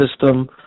system